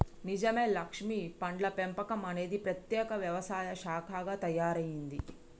నిజమే లక్ష్మీ పండ్ల పెంపకం అనేది ప్రత్యేక వ్యవసాయ శాఖగా తయారైంది